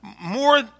More